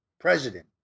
president